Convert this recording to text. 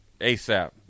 ASAP